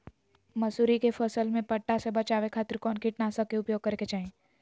मसूरी के फसल में पट्टा से बचावे खातिर कौन कीटनाशक के उपयोग करे के चाही?